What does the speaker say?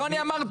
לא אני אמרתי.